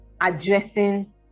addressing